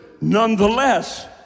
nonetheless